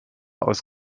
aus